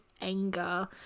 anger